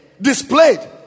displayed